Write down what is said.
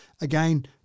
again